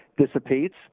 Dissipates